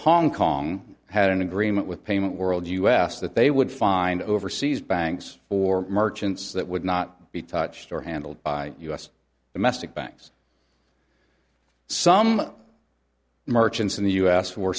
hong kong had an agreement with payment world u s that they would find overseas banks or merchants that would not be touched or handled by u s domestic banks some merchants in the u s w